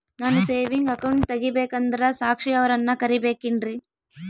ನಾನು saving account ತೆಗಿಬೇಕಂದರ ಸಾಕ್ಷಿಯವರನ್ನು ಕರಿಬೇಕಿನ್ರಿ?